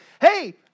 Hey